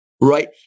right